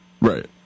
Right